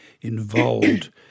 involved